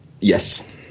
Yes